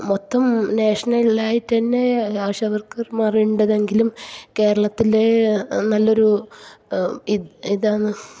മൊത്തം നാഷണലായിട്ട് തന്നെ ആശാവർക്കർമാർ ഉണ്ടെങ്കിലും കേരളത്തിൻ്റെ നല്ലൊരു ഇതാണ്